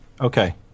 Okay